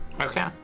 Okay